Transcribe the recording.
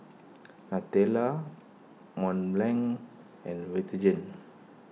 Nutella Mont Blanc and Vitagen